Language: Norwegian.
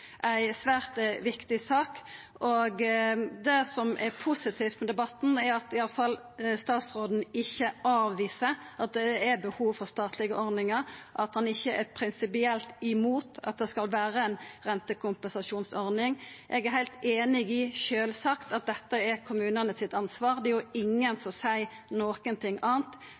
ei svært viktig sak. Det som er positivt med debatten, er at statsråden iallfall ikkje avviser at det er behov for statlege ordningar, at han ikkje er prinsipielt imot at det skal vera ei rentekompensasjonsordning. Eg er sjølvsagt heilt einig i at dette er kommunane sitt ansvar. Det er jo ingen som seier noko anna.